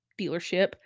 dealership